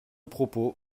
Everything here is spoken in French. propos